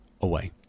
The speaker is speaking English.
away